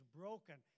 broken